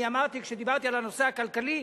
כשדיברתי על הנושא הכלכלי,